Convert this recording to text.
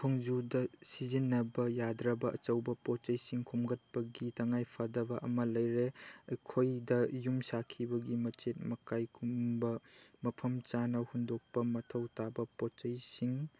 ꯊꯣꯡꯖꯨꯗ ꯁꯤꯖꯤꯟꯅꯕ ꯌꯥꯗ꯭ꯔꯕ ꯑꯆꯧꯕ ꯄꯣꯠ ꯆꯩꯁꯤꯡ ꯈꯣꯝꯒꯠꯄꯒꯤ ꯇꯉꯥꯏ ꯐꯗꯕ ꯑꯃ ꯂꯩꯔꯦ ꯑꯩꯈꯣꯏꯗ ꯌꯨꯝ ꯁꯥꯈꯤꯕꯒꯤ ꯃꯆꯦꯠ ꯃꯀꯥꯏꯒꯨꯝꯕ ꯃꯐꯝ ꯆꯥꯅ ꯍꯨꯟꯗꯣꯛꯄ ꯃꯊꯧ ꯇꯥꯕ ꯄꯣꯠ ꯆꯩꯁꯤꯡ